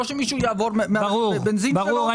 ברור.